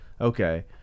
okay